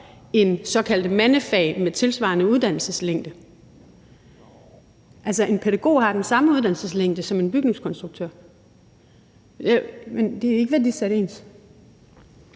i såkaldte mandefag med tilsvarende uddannelseslængde. Altså, en pædagog har den samme uddannelseslængde som en bygningskonstruktør. Men det er ikke værdisat ens,